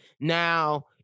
Now